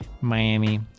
Miami